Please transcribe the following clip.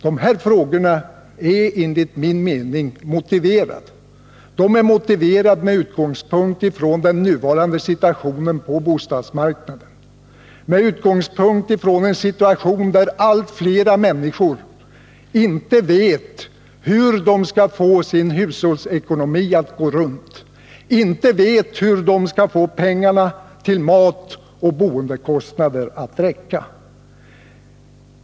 Dessa frågor är enligt min mening motiverade med utgångspunkt i den nuvarande situationen på bostadsmarknaden, en situation där allt fler människor inte vet hur de skall få sin hushållsekonomi att gå ihop, inte vet hur de skall få pengarna till mat och boendekostnader att räcka.